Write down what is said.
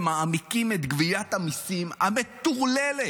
ומעמיקים את גביית המיסים המטורללת,